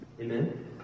Amen